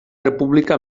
república